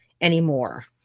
anymore